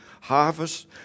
harvest